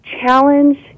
challenge